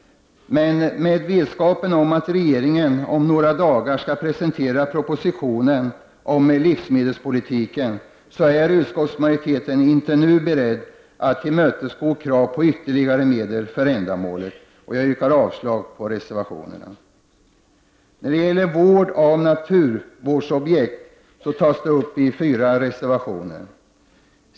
Med vetskap om att regeringen om några dagar skall presentera en proposition om livsmedelspolitik är utskottsmajoriteten inte nu beredd att tillmötesgå krav på ytterligare medel för ändamålet. Jag yrkar avslag på reservationerna. Vård av naturvårdsobjekt tas upp i fyra reservationer.